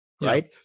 Right